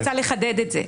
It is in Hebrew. אני רוצה לחדד את זה.